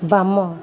ବାମ